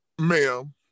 Ma'am